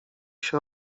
się